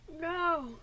No